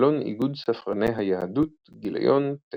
עלון איגוד ספרני היהדות, גיליון ט